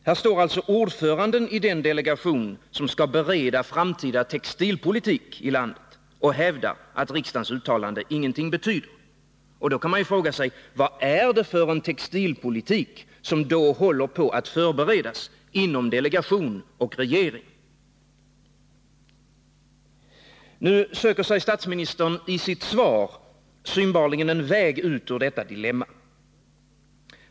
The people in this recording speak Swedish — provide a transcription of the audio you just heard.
Här står alltså ordföranden i den delegation som skall bedriva framtida textilpolitik i landet och hävdar att riksdagens uttalande ingenting betyder. Då kan man fråga sig: Vad är det för en textilpolitik som håller på att förberedas inom delegation och regering? Nu söker sig statsministern i sitt svar synbarligen en väg ut ur detta dilemma.